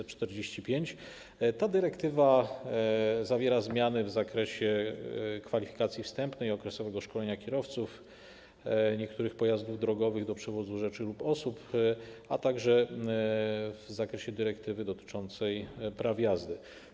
Ta dyrektywa zawiera zmiany w zakresie kwalifikacji wstępnej, okresowego szkolenia kierowców niektórych pojazdów drogowych do przewozu rzeczy lub osób, a także w zakresie dyrektywy dotyczącej praw jazdy.